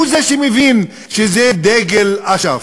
הוא זה שמבין שזה דגל אש"ף,